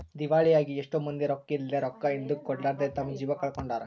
ದಿವಾಳಾಗಿ ಎಷ್ಟೊ ಮಂದಿ ರೊಕ್ಕಿದ್ಲೆ, ರೊಕ್ಕ ಹಿಂದುಕ ಕೊಡರ್ಲಾದೆ ತಮ್ಮ ಜೀವ ಕಳಕೊಂಡಾರ